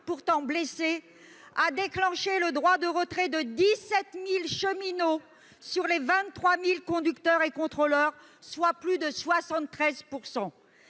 pourtant blessé, a déclenché le droit de retrait de 17 000 cheminots sur les 23 000 conducteurs et contrôleurs, soit plus de 73 %